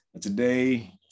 Today